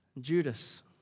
Judas